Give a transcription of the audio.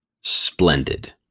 splendid